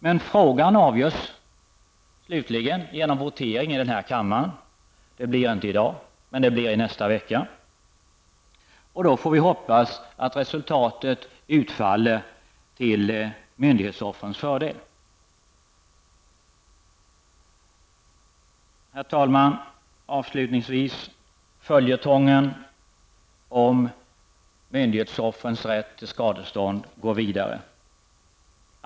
Men frågan avgörs slutligen genom votering i denna kammare nästa vecka. Då får vi hoppas att resultatet utfaller till myndighetsoffrens fördel. Herr talman! Låt mig avslutningsvis säga att följetongen om myndighetsoffrens rätt till skadestånd går vidare.